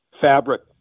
fabric